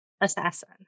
assassin